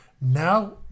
Now